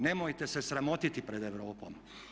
Nemojte se sramotiti pred Europom.